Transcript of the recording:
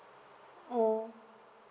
mm